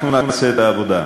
אנחנו נעשה את העבודה.